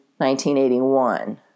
1981